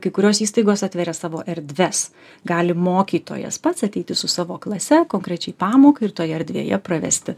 kai kurios įstaigos atveria savo erdves gali mokytojas pats ateiti su savo klase konkrečiai pamokai ir toje erdvėje pravesti